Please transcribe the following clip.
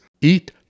Eat